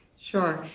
sure,